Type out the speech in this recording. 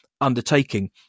undertaking